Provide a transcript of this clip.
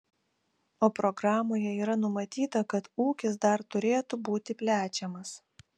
o programoje yra numatyta kad ūkis dar turėtų būti plečiamas